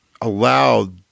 allowed